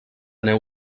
neu